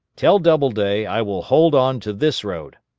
tell doubleday i will hold on to this road,